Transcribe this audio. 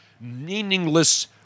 meaningless